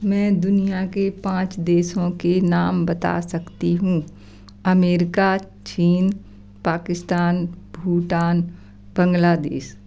मैं दुनियाँ के पाँच देशों के नाम बता सकती हूँ अमेरिका चीन पाकिस्तान भूटान बांग्लादेस